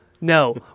no